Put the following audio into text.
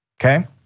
okay